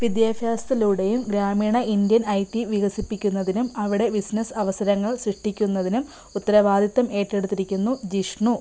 വിദ്യാഭ്യാസത്തിലൂടെ ഗ്രാമീണ ഇന്ത്യയിൽ ഐ ടി വികസിപ്പിക്കുന്നതിനും അവിടെ ബിസിനസ്സ് അവസരങ്ങൾ സൃഷ്ടിക്കുന്നതിനും ഉത്തരവാദിത്തം ഏറ്റെടുത്തിരിക്കുന്നു ജിഷ്ണു